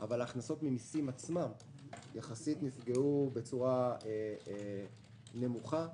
אבל הכנסות ממסים נפגעו בצורה נמוכה יחסית.